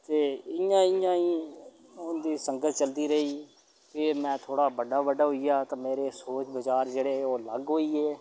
ते इ'यां इ'यां ही होंदी संगत चलदी रेही फेर मैं थोह्ड़ा बड्डा बड्डा होई गेआ ते मेरे सोच बिचार जेह्ड़े ओह् अलग होई गे